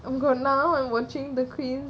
அவங்கன்னா: avanganna watching the queen's